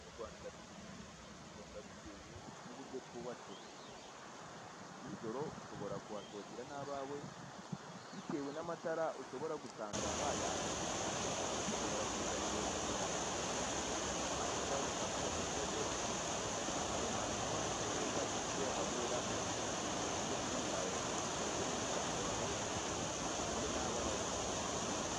Mu Rwanda dukomeje kuza ku isonga bitewe n'uburyo twubatse. Ni joro ushobora kuhasohokera n'abawe bitewe n'amatara ushobora gusanga bayakije ushobora kugirango n'iburayi, aho ngaho nti twasiba kuvuga ko aho hantu haba hasa neza kuburyo wahanywera icyo kunywa cyawe ndetse n'umuryango wawe ndetse n'abawe.